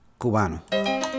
cubano